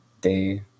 day